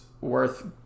worth